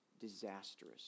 disastrous